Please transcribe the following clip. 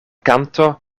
kanto